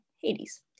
Hades